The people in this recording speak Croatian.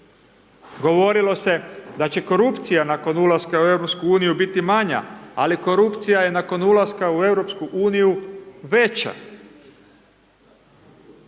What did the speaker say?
Govorilo se da će korupcija nakon ulaska u Europsku uniju biti manja, ali korupcija je nakon ulaska u Europsku